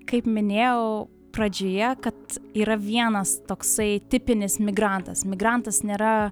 kaip minėjau pradžioje kad yra vienas toksai tipinis migrantas migrantas nėra